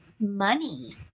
money